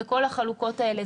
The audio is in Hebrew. וכל החלוקות האלה.